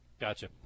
Gotcha